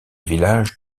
village